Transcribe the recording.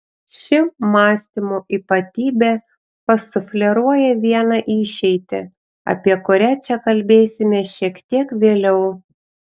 ši mąstymo ypatybė pasufleruoja vieną išeitį apie kurią čia kalbėsime šiek tiek vėliau